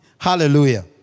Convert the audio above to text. Hallelujah